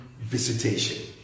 visitation